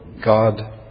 God